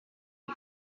ich